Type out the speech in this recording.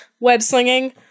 web-slinging